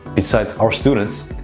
besides our students,